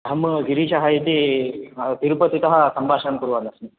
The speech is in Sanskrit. अहं गिरीशः इति तिरुपतितः सम्भाषणं कुर्वन्नस्मि